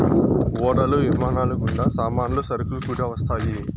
ఓడలు విమానాలు గుండా సామాన్లు సరుకులు కూడా వస్తాయి